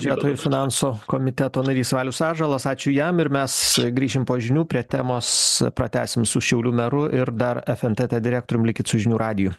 vietoj finansų komiteto narys valius ąžuolas ačiū jam ir mes grįšim po žinių prie temos pratęsim su šiaulių meru ir dar fntt direktorium likit su žinių radiju